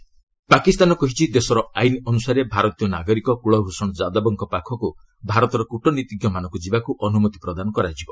ପାକ୍ ଯାଦବ ପାକିସ୍ତାନ କହିଛି ଦେଶର ଆଇନ ଅନୁସାରେ ଭାରତୀୟ ନାଗରିକ କୂଲ୍ଭୂଷଣ ଯାଦବଙ୍କ ପାଖକୁ ଭାରତର କୂଟନୀତିଜ୍ଞମାନଙ୍କୁ ଯିବାକୁ ଅନୁମତି ପ୍ରଦାନ କରାଯିବ